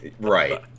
Right